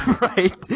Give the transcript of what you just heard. Right